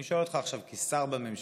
אני שואל אותך עכשיו כשר בממשלה,